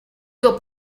got